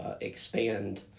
expand